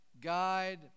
guide